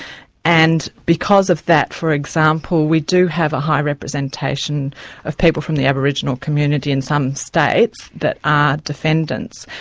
and because of that, for example, we do have a high representation of people from the aboriginal community in some states that are defendants.